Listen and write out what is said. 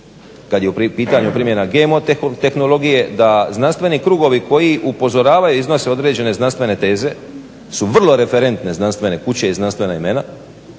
kada je u pitanju primjena GMO tehnologije da znanstveni krugovi koji upozoravaju … određene znanstvene teze su vrlo referentne znanstvene kuće i znanstvena imena